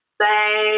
say